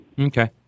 Okay